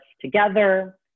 together